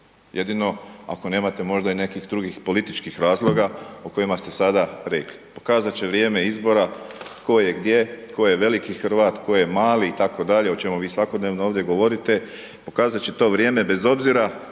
jedino ako nemate možda i nekih drugih političkih razloga o kojima ste sada rekli. Pokazat će vrijeme izbora tko je gdje, tko je veliki Hrvat, tko je mali, i tako dalje, o čemu vi svakodnevno ovdje govorite, pokazat će to vrijeme bez obzira